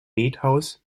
bethaus